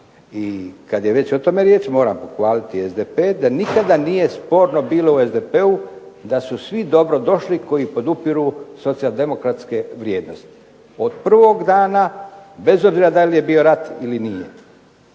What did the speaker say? i kada je već o tome riječ moram pohvaliti SDP da nikada nije bilo sporno u SDP-u da su svi dobro došli koji podupiru socijal-demokratske vrijednosti, od prvog dana bez obzira da li je bio rat ili nije.